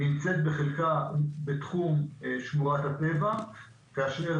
נמצאת בחלקה בתחום שמורת הטבע כאשר